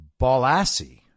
Balassi